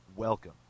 Welcome